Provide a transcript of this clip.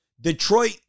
Detroit